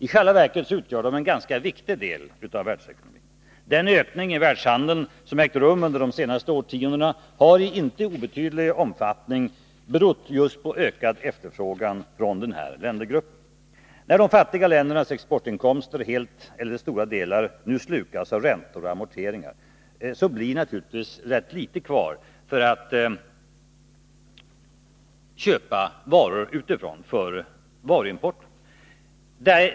I själva verket utgör de en ganska viktig del av världsekonomin. Den ökning i världshandeln, som ägt rum under de senaste årtiondena, har i inte obetydlig omfattning berott på ökad efterfrågan just från den ländergruppen. När de fattiga ländernas exportinkomster helt eller till stora delar nu slukas av räntor och amorteringar blir det naturligtvis ganska litet kvar för varuimport.